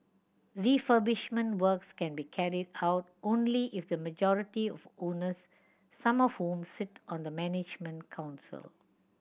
refurbishment works can be carried out only if the majority of owners some of whom sit on the management council